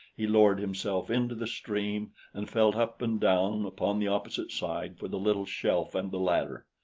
he lowered himself into the stream and felt up and down upon the opposite side for the little shelf and the ladder.